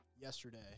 yesterday